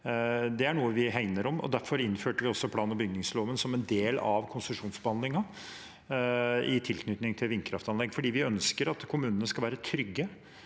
Det er noe vi hegner om. Derfor innførte vi også plan- og bygningsloven som en del av konsesjonsbehandlingen i tilknytning til vindkraftanlegg, for vi ønsker at kommunene skal være trygge